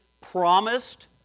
promised